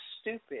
stupid